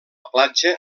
platja